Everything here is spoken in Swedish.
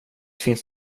finns